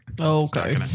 Okay